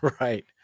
right